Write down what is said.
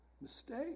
mistake